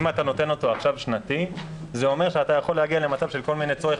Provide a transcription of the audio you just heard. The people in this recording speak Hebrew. אם אתה נותן אותו עכשיו שנתי זה אומר שנגיע לצורך בקיזוזים